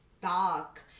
stuck